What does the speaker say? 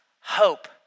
hope